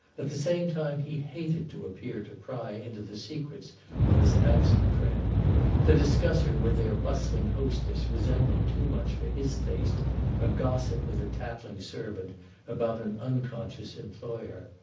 at the same time he hated to appear to pry into the secrets of his absent friend to discuss her with their bustling hostess resembled too much for his taste a gossip with a tattling servant about an unconscious employer.